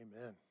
Amen